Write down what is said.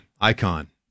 icon